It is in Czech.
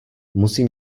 musím